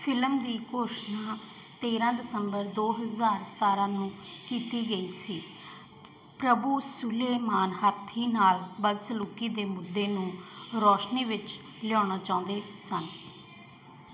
film ਦੀ ਘੋਸ਼ਣਾ ਤੇਰ੍ਹਾਂ ਦਸੰਬਰ ਦੋ ਹਜ਼ਾਰ ਸਤਾਰ੍ਹਾਂ ਨੂੰ ਕੀਤੀ ਗਈ ਸੀ ਪ੍ਰਭੂ ਸੁਲੇਮਾਨ ਹਾਥੀ ਨਾਲ ਬਦਸਲੂਕੀ ਦੇ ਮੁੱਦੇ ਨੂੰ ਰੌਸ਼ਨੀ ਵਿੱਚ ਲਿਆਉਣਾ ਚਾਹੁੰਦੇ ਸਨ